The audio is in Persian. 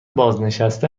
بازنشسته